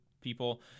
people